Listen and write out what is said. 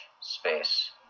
space